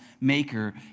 maker